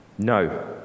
No